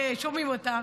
ששומעים אותה,